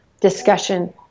discussion